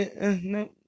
No